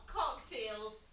cocktails